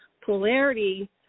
polarity